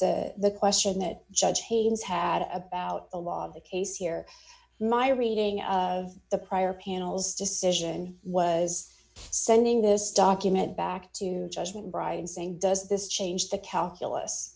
to the question that judge haynes had about a lot of the case here my reading of the prior panel's decision was sending this document back to judgment brian saying does this change the calculus